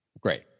Great